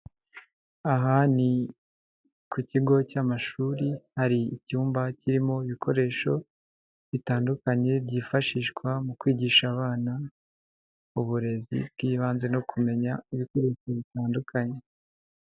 Aha ni ku kigo cy'amashuri, hari icyumba kirimo ibikoresho bitandukanye, byifashishwa mu kwigisha abana, uburezi bw'ibanze no kumenya ibikoreko bitandukanye.